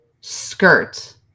skirt